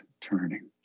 turning